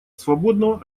свободного